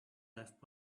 left